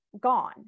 gone